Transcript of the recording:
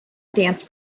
dance